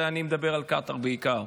אני מדבר על קטאר בעיקר,